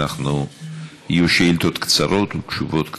יהיו שאילתות קצרות ותשובות קצרות.